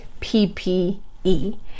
PPE